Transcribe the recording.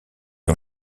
ont